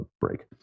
break